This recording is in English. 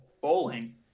bowling